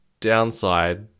downside